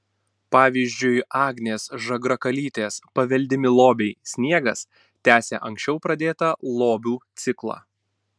pavyzdžiui agnės žagrakalytės paveldimi lobiai sniegas tęsia anksčiau pradėtą lobių ciklą